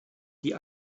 die